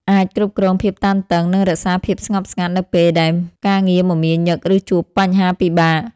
អាចគ្រប់គ្រងភាពតានតឹង និងរក្សាភាពស្ងប់ស្ងាត់នៅពេលដែលការងារមមាញឹក ឬជួបបញ្ហាពិបាក។